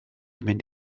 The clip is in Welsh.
mynd